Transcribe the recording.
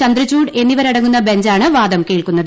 ചന്ദ്രചൂഡ് എന്നിവരടങ്ങുന്ന ബഞ്ചാണ് വാദം കേൾക്കുന്നത്